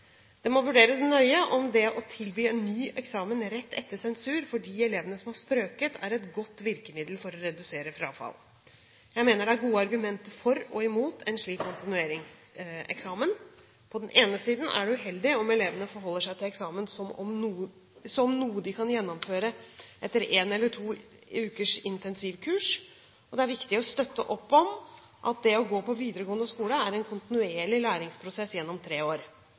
Det må vurderes nøye om det å tilby en ny eksamen rett etter sensur for de elevene som har strøket, er et godt virkemiddel for å redusere frafall. Jeg mener det er gode argumenter for og imot en slik kontinueringseksamen. På den ene siden er det uheldig om elevene forholder seg til eksamen som noe de kan gjennomføre etter én eller to ukers intensivkurs. Det er viktig å støtte opp om at det å gå på videregående skole er en kontinuerlig læringsprosess gjennom tre år.